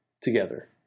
together